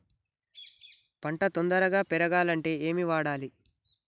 పంట తొందరగా పెరగాలంటే ఏమి వాడాలి?